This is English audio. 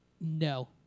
No